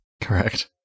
Correct